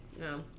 No